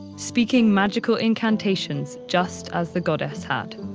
speaking magical incantations just as the goddess had.